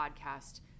podcast